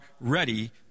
ready